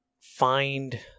find